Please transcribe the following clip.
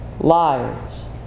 liars